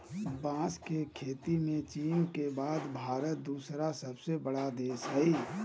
बांस के खेती में चीन के बाद भारत दूसरा सबसे बड़ा देश हइ